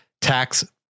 tax